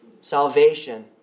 salvation